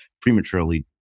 prematurely